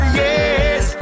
yes